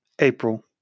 April